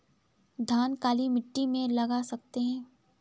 धान काली मिट्टी में लगा सकते हैं?